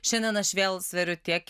šiandien aš vėl sveriu tiek